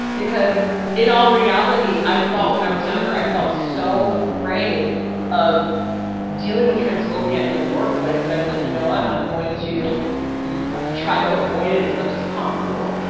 because in all reality, i felt when i was younger, i felt so afraid of dealing with transphobia in the workplace that i said, you know what? i'm going to try to avoid it as much as possible.